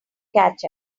catch